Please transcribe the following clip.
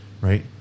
right